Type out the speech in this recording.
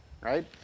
right